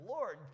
Lord